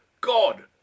God